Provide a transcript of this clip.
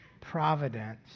providence